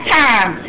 time